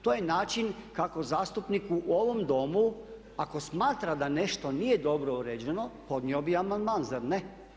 To je način kako zastupniku u ovom domu ako smatra da nešto nije dobro uređeno podnio bi amandman, zar ne?